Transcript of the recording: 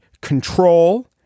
control